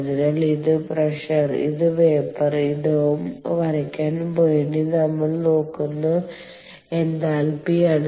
അതിനാൽ ഇത് പ്രഷർ ഇത് വേപ്പർ ഡോമ് വരയ്ക്കാൻ വേണ്ടി നമ്മൾ നോക്കുന്ന എൻതാൽപ്പിയാണ്